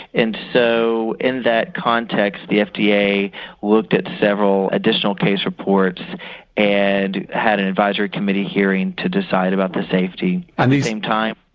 and so in that context the fda looked at several additional case reports and had an advisory committee hearing to decide about the safety at the same time.